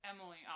Emily